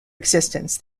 existence